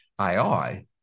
AI